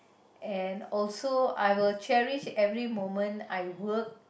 and also I will cherish every moment I work